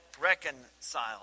reconciled